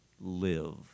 live